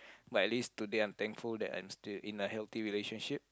but at least today I'm thankful that I'm still in a healthy relationship